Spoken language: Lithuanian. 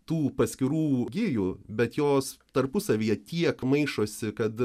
tų paskirų gijų bet jos tarpusavyje tiek maišosi kad